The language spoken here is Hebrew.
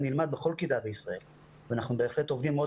נלמד בכל כיתה בישראל ואנחנו בהחלט עובדים מאוד